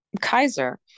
kaiser